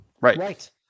right